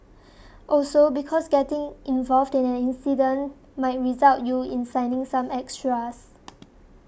also because getting involved in an incident might result you in signing some extras